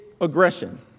aggression